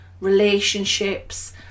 relationships